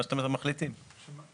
כפי שתחליטו.